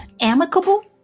amicable